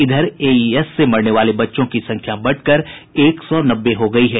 इधर एईएस से मरने वाले बच्चों की संख्या बढ़कर एक सौ नब्बे हो गयी है